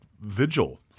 vigil